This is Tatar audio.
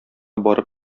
барып